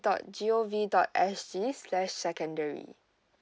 dot g o v dot s g slash secondary